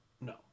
no